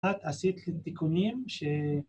‫את עשית לי תיקונים ש...